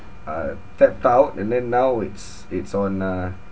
uh tapped out and then now it's it's on uh